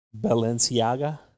Balenciaga